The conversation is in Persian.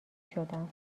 شدم